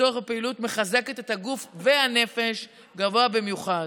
הצורך בפעילות המחזקת את הגוף והנפש גבוה במיוחד.